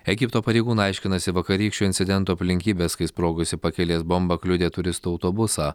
egipto pareigūnai aiškinasi vakarykščio incidento aplinkybes kai sprogusi pakelės bomba kliudė turistų autobusą